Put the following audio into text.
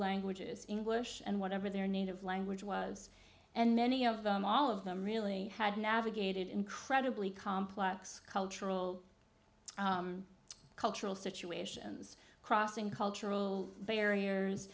languages english and whatever their native language was and many of them all of them really had navigated incredibly complex cultural cultural situations crossing cultural barriers